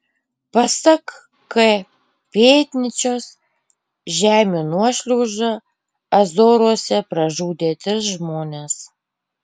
pasak k pėdnyčios žemių nuošliauža azoruose pražudė tris žmones